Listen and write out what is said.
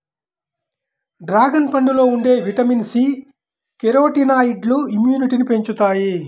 dragon పండులో ఉండే vitamin C, కెరోటినాయిడ్లు ఇమ్యునిటీని పెంచుతాయి